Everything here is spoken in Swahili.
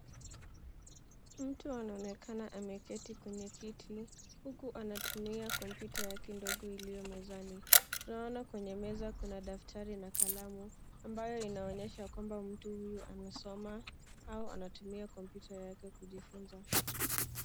Mtu anaonekana ameketi kwenye kiti, huku anatumia kompyuta yake ndogo ilio mezani. Tunaona kwenye meza kuna daftari, na kalamu, ambayo inaonyesha kwamba mtu huyu anasoma, au anatumia kompyuta yake kujifunza.